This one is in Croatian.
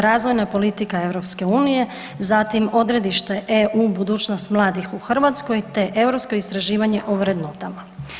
Razvojna politika EU-a, zatim odredište EU u budućnost mladih u Hrvatskoj te europsko istraživanje o vrednotama.